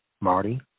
Marty